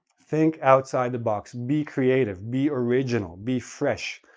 think outside the box, be creative, be original, be fresh.